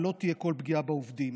ולא תהיה כל פגיעה בעובדים.